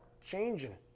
changing